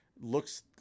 looks